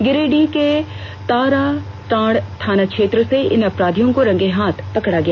गिरिडीह के ताराटांड़ थाना क्षेत्र से इन अपराधियों को रंगेहाथ पकड़ा गया